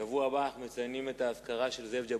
בשבוע הבא אנחנו מציינים את האזכרה של זאב ז'בוטינסקי,